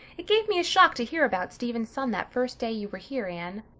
it gave me a shock to hear about stephen's son that first day you were here, anne.